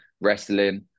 wrestling